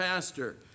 Pastor